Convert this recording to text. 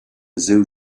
zoo